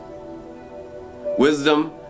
Wisdom